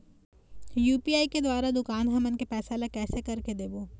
UPI के द्वारा दुकान हमन के पैसा ला कैसे कर के देबो?